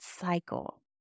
cycle